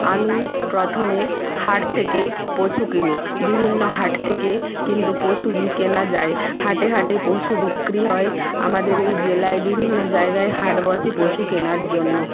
আমি প্রথমে হাট থেকে পশু কিনি বিভিন্ন হাট থেকে কিন্তু পশু কেনা যায় হাটে হাটে পশু বিক্রি হয় আমাদের এই জেলায় বিভিন্ন জায়গায় হাট বসে পশু কেনার জন্য